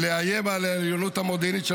-- לאיים על העליונות המודיעינית של